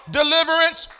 deliverance